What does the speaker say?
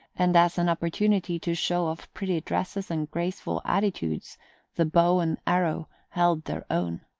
and as an opportunity to show off pretty dresses and graceful attitudes the bow and arrow held their own.